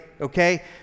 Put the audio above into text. okay